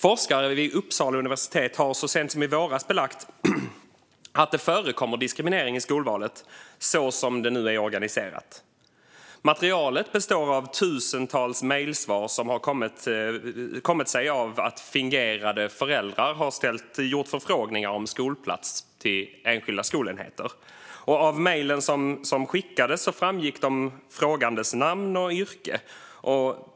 Forskare vid Uppsala universitet har så sent som i våras belagt att det förekommer diskriminering i skolvalet så som det nu är organiserat. Materialet består av tusentals mejlsvar som kommit sig av att fingerade föräldrar har gjort förfrågningar om skolplats till enskilda skolenheter. Av mejlen som skickades framgick de frågandes namn och yrke.